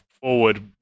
forward